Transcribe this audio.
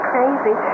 Crazy